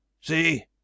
see